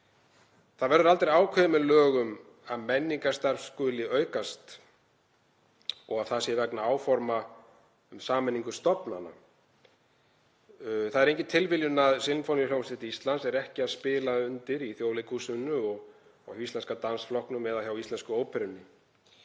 Það verður aldrei ákveðið með lögum að menningarstarf skuli aukast og að það sé vegna áforma um sameiningu stofnana. Það er engin tilviljun að Sinfóníuhljómsveit Íslands er ekki að spila undir í Þjóðleikhúsinu og hjá Íslenska dansflokknum eða Íslensku óperunni.